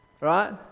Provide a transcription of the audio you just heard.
Right